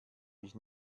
mich